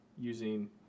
using